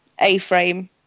A-frame